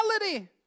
reality